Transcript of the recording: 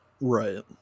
right